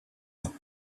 ans